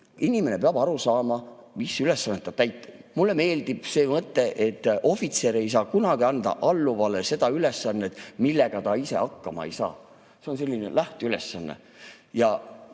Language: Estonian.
Inimene peab aru saama, mis ülesannet ta täitma peab. Mulle meeldib see mõte, et ohvitser ei saa kunagi anda alluvale seda ülesannet, millega ta ise hakkama ei saa. See on selline lähteülesanne.